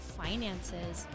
finances